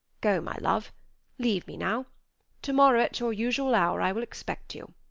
go, my love leave me now to-morrow at your usual hour i will expect you.